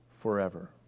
forever